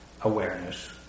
awareness